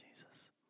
Jesus